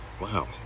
Wow